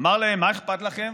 אמר להם: מה אכפת לכם?